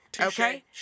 Okay